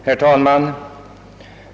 Herr talman!